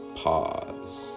pause